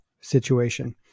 situation